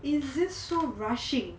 is it so rushing